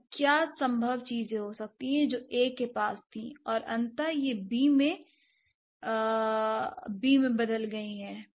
तो क्या संभव चीजें हो सकती हैं जो ए के पास थीं और अंततः यह बी में बदल गई हैं